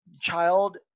child